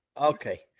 Okay